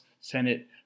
Senate